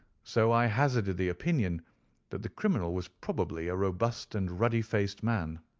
so i hazarded the opinion that the criminal was probably a robust and ruddy-faced man.